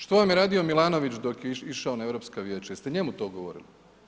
Što vam je radio Milanović dok je išao na europska vijeća, jeste njemu to govorili?